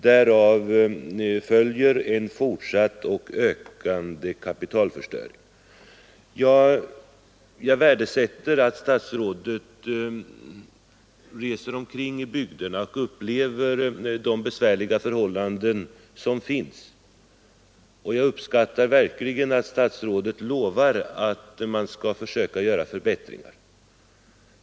Därav följer en fortsatt och ökande kapitalförstöring. Jag värdesätter att statsrådet reser omkring i bygderna och upplever de besvärliga förhållanden som råder. Jag uppskattar också att statsrådet lovar att man skall försöka göra förbättringar.